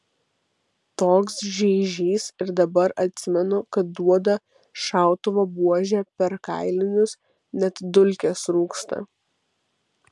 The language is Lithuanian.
toks žeižys ir dabar atsimenu kad duoda šautuvo buože per kailinius net dulkės rūksta